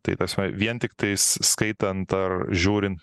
tai tas vien tiktais skaitant ar žiūrint